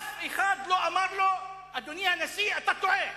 אף אחד לא אמר לו: אדוני הנשיא, אתה טועה.